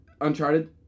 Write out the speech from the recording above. Uncharted